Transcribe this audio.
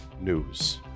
news